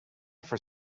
for